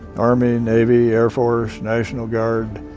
army, navy, air force, national guard,